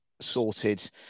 sorted